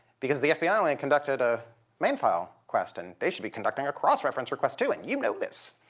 because the fbi ah only and conducted a man file request and they should be conducting a cross-reference request too and you know this,